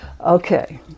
Okay